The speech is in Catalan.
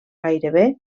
gairebé